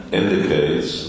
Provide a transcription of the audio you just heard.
indicates